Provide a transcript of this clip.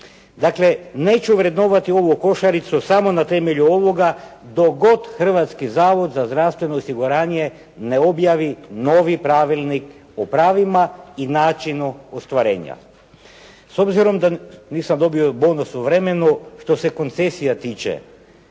Dakle neću vrednovati ovu košaricu samo na temelju ovoga dok god Hrvatski zavod za zdravstveno osiguranje ne objavi novi pravilnik o pravima i načinu ostvarenja. S obzirom da nisam dobio bonus u vremenu, što se koncesija tiče,